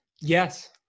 Yes